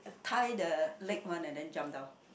tie the leg one and then jump down